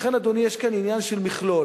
לכן, אדוני, יש כאן עניין של מכלול.